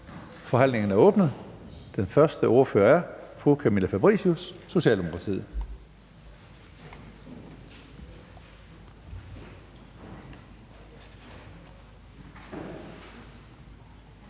Forhandlingen er åbnet. Den første ordfører er fru Camilla Fabricius, Socialdemokratiet.